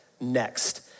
next